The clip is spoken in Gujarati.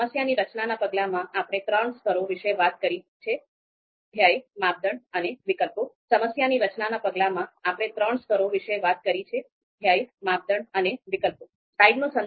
સમસ્યાની રચના ના પગલામાં આપણે ત્રણ સ્તરો વિશે વાત કરી છે ધ્યેય માપદંડ અને વિકલ્પો